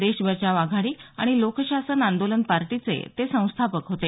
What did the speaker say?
देश बचाव आघाडी आणि लोकशासन आंदोलन पार्टीचे ते संस्थापक होते